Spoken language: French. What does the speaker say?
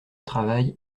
travail